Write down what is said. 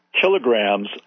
kilograms